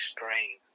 Strain